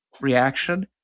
reaction